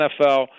NFL